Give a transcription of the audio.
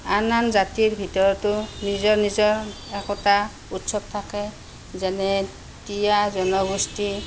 আন আন জাতিৰ ভিতৰতো নিজৰ নিজৰ একোটা উৎসৱ থাকে যেনে তিৱা জনগোষ্ঠী